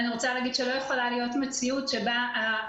אני רוצה להגיד שלא יכולה להיות מציאות שבה הפתרון